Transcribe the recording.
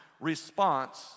response